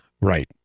Right